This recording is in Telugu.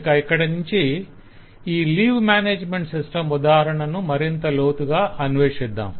ఇక ఇక్కడనుంచి ఈ లీవ్ మేనేజ్మెంట్ సిస్టం ఉదాహరణను మరింత లోతుగా అన్వేషిద్దాం